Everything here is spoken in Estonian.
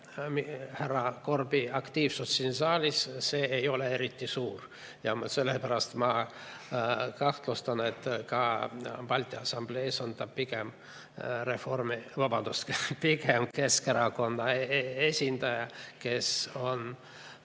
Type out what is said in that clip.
härra Korbi aktiivsust siin saalis, see ei ole eriti suur, ja sellepärast ma kahtlustan, et ka Balti Assamblees on ta pigem Keskerakonna esindaja, kes on